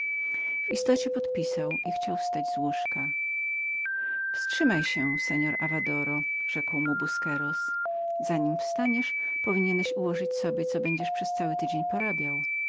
w istocie podpisał i chciał wstać z łóżka wstrzymaj się seor avadoro rzekł mu busqueros za nim wstaniesz powinieneś ułożyć sobie co będziesz przez cały dzień porabiał